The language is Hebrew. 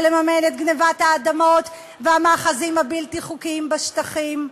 לממן את גנבת האדמות והמאחזים הבלתי-חוקיים בשטחים,